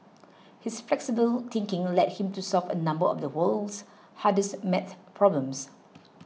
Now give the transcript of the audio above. his flexible thinking led him to solve a number of the world's hardest maths problems